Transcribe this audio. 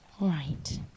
Right